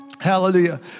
Hallelujah